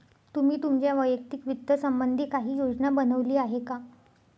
तुम्ही तुमच्या वैयक्तिक वित्त संबंधी काही योजना बनवली आहे का?